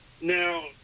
Now